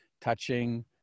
touching